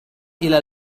إلى